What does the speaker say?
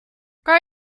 kan